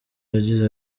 yagize